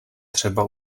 třeba